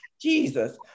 Jesus